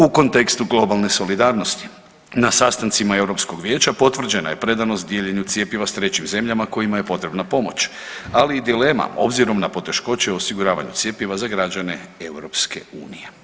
U kontekstu globalne solidarnosti na sastancima Europskog vijeća potvrđena je predanost dijeljenju cjepiva s trećim zemljama kojima je potrebna pomoć, ali i dilema obzirom na poteškoće u osiguravanju cjepiva za građane EU.